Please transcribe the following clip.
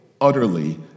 utterly